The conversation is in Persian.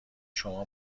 شما